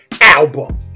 album